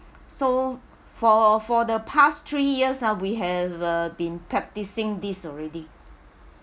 so for for the past three years ah we have been practicing this already